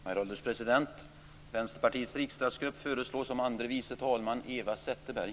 Herr ålderspresident! Vänsterpartiets riksdagsgrupp föreslår som andre vice talman Eva Zetterberg.